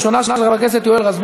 הראשונה של חבר הכנסת רזבוזוב.